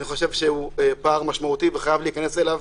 אני חושב שזה פער משמעותי וחייבים להיכנס אליו.